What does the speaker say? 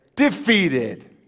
Defeated